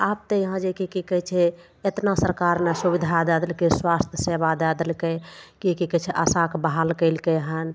आब तऽ यहाँ जे कि कहय छै एतना सरकार ने सुविधा दऽ देलकय स्वास्थ सेवा दए देलकय की कि कहय छै आशाके बहाल कयलकय हन